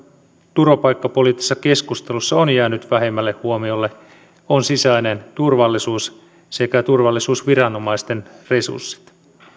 turvapaikkapoliittisessa keskustelussa on jäänyt vähemmälle huomiolle on sisäinen turvallisuus sekä turvallisuusviranomaisten resurssit